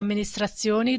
amministrazioni